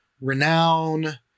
renown